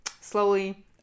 slowly